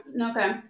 okay